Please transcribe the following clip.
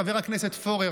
חבר הכנסת פורר,